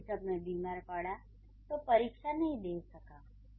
जैसे जब मैं बीमार पड़ा तो परीक्षा नहीं दे सका था